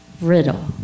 riddle